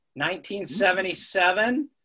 1977